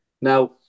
Now